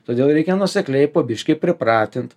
todėl reikia nuosekliai po biškį pripratint